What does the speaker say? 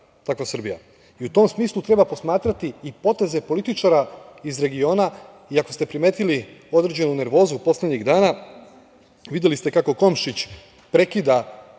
i u tom smislu treba posmatrati i poteze političara iz regiona i ako ste primetili određenu nervozu poslednjih dana videli ste kako Komšić prekida